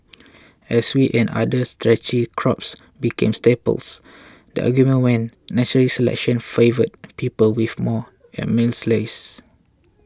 as wheat and other starchy crops became staples the argument went natural selection favoured people with more amylase